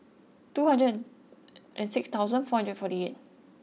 two hundred and six thousand four hundred and forty eight